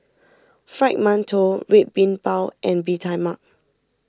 Fried Mantou Red Bean Bao and Bee Tai Mak